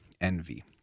envy